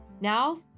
Now